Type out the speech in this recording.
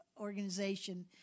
Organization